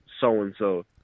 so-and-so